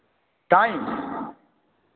time